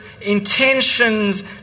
intentions